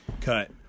Cut